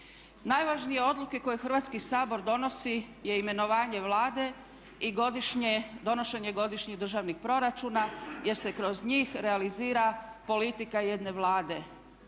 Najvažnije odluke koje Hrvatski sabor donosi je imenovanje Vlade i godišnje, donošenje godišnjih državnih proračuna jer se kroz njih realizira politika jedne Vlade.